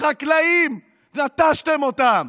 החקלאים, נטשתם אותם.